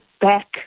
back